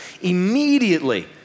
Immediately